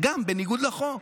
גם בניגוד לחוק.